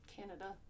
Canada